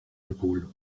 épaules